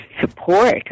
support